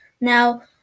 Now